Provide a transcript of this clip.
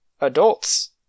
adults